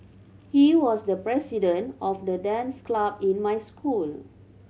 he was the president of the dance club in my school